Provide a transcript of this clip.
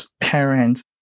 parents